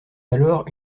alors